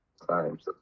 Times